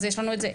אז יש לנו את זה.